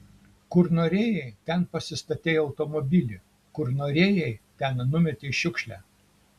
kur norėjai ten pasistatei automobilį kur norėjai ten numetei šiukšlę